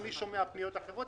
אני שומע פניות אחרות.